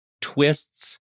twists